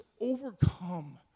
overcome